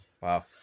Wow